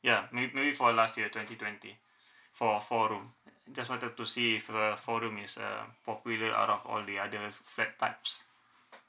ya maybe maybe for last year twenty twenty for four room just wanted to see if a four room is a popular out of all the other flat types